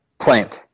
Plant